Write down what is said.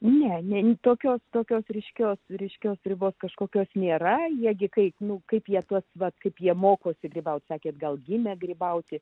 ne nei tokios tokios ryškios ryškios ribos kažkokios nėra jie gi kaip nu kaip pietuose vat kaip jie mokosi grybauti sakėte gal gimė grybauti